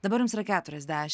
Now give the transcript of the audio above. dabar jums yra keturiasdeš